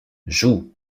joue